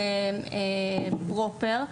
פרופר,